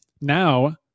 now